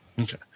Okay